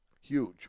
huge